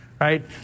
right